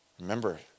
Remember